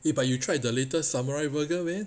eh but you tried the latest samurai burger meh